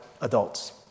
adults